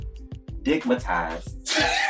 digmatized